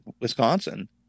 Wisconsin